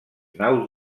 naus